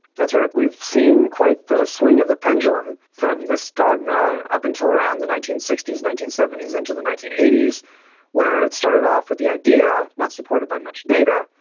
that's right, we've seen quite the swing of the pendulum from this dogma up until around the nineteen sixty s, nineteen seventy s into the nineteen eighty s where it started off with the idea, not supported by much data,